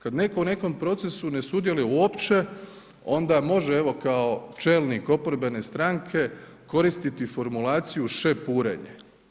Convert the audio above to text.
Kad netko u nekom procesu ne sudjeluje uopće onda može evo kao čelnik oporbene stranke koristiti formulaciju šepurenje.